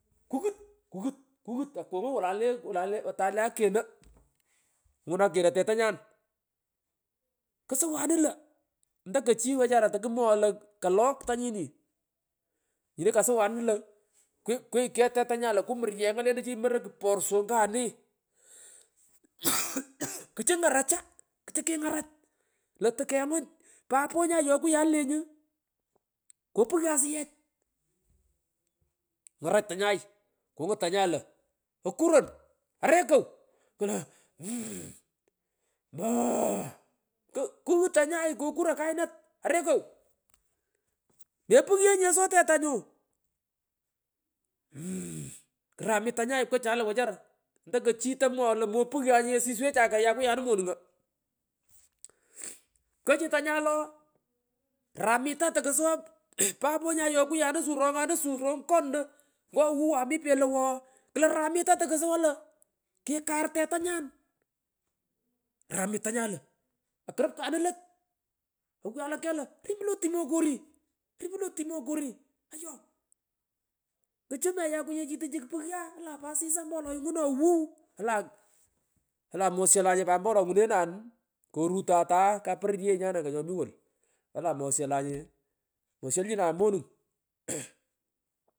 Kughut kughut kughut akungun walay le wolay le atay le akero kungun ksowanum lo ooh ntokochie wechara tokumwoghey lo kalochi tanjin nyini kasuwanun lo kwigh kwigh kwigh kegh tetanyan lo kumar yenga lentachi yorog kuporsot nyane mmh ugh ugh kuchu ngaracha kuchu kungarach io tukengun papo nya yokuywani lenyu kopughan asiyech kingarach io tukengun yokuywane lenyu kopughari asiyech kngarach tangay kokuron kainat arekow mmepughenyi nyeso tetanyun mmh kurah ani tanyay pkochanum lo ndokochi tomwoghoy io mmopuhanye osiswechay keyakwuyanu monungo mmh pkochu tungay to ohh ramita tokusawe uugh aah papo nyayokuyanu suu rongonino ngo wuway mi pelowa ooh klo ramita tokusawa io kikar tetanyan, kuramit tanyay io akurupanun lot aywalan kegh io ormo lotinokeri ormi lotimokori ayoo ooh kuchu moyakwunyechi tuchu kupugho aah alan pat sisa ompo wolo ingunonyi wuw olan olan mosholange pat ompo wolo ngunenan korutan ataye kaporonye nyan nyo mi wolu olan macholanye mosholchinanye monungmn hehehe.